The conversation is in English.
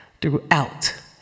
throughout